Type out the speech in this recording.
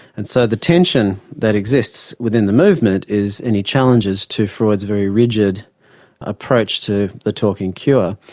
and so the tension that exists within the movement is any challenges to freud's very rigid approach to the talking cure.